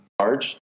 large –